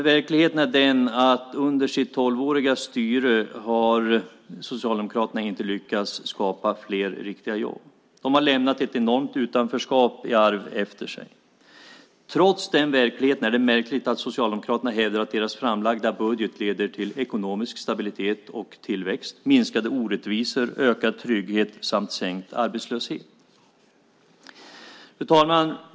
Verkligheten är den att under sitt tolvåriga styre har Socialdemokraterna inte lyckats skapa fler riktiga jobb. De har lämnat ett enormt utanförskap i arv efter sig. Trots den verkligheten är det märkligt att Socialdemokraterna hävdar att deras framlagda budget leder till ekonomisk stabilitet och tillväxt, minskade orättvisor, ökad trygghet samt sänkt arbetslöshet. Fru talman!